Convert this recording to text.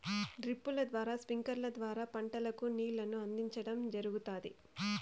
డ్రిప్పుల ద్వారా స్ప్రింక్లర్ల ద్వారా పంటలకు నీళ్ళను అందించడం జరుగుతాది